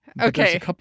Okay